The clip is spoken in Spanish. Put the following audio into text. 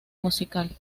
musical